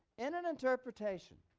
in an interpretation,